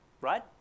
right